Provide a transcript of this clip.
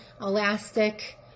elastic